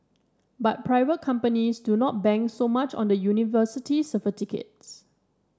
but private companies do not bank so much on the university certificates